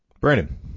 Brandon